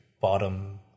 bottom